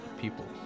people